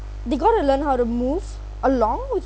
they got to learn how to move along with